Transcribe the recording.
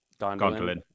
Gondolin